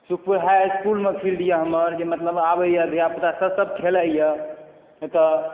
सुपुर high इसकुलमे field यऽ हमर जाहिमे मतलब आबैया धियापुता सब खेलैया एतए